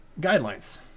guidelines